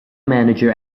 manager